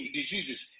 diseases